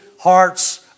hearts